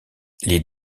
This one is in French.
les